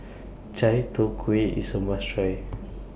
Chai Tow Kuay IS A must Try